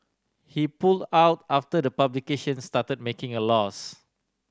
he pulled out after the publication started making a loss